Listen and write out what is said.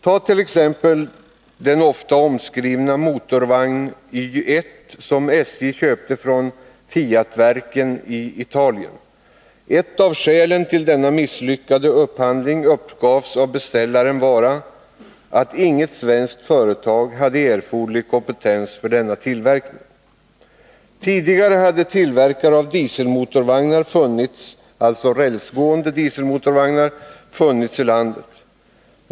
Tag som exempel den ofta omskrivna motorvagn Y 1 som SJ köpte från Fiatverken i Italien. Ett av skälen till denna misslyckade upphandling uppgavs av beställaren vara ”att inget svenskt företag hade erforderlig kompetens för denna tillverkning”. Tidigare hade tillverkare av rälsgående dieselmotorvagnar funnits i landet.